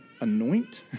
anoint